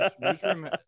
Newsroom